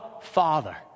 Father